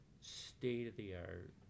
state-of-the-art